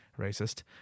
Racist